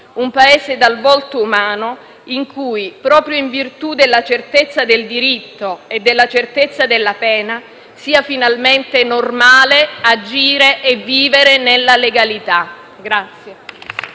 un Paese dal volto umano in cui, proprio in virtù della certezza del diritto e della certezza della pena, sia finalmente normale agire e vivere nella legalità.